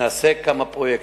נעשה כמה פרויקטים.